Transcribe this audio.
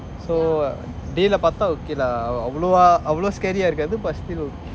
so yeah day lah பாத்தா:paatha okay lah அவளோவா அவளவா:avaloawa avalava scary ah இருக்காது:irukkathu